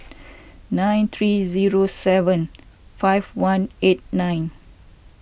nine three zero seven five one eight nine